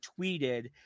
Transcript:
tweeted